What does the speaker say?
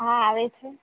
હા આવે છે